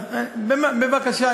בבקשה,